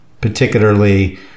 particularly